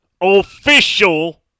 official